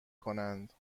کنند